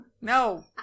no